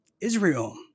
Israel